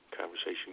conversation